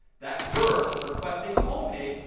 that verb, requesting the home page.